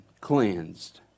cleansed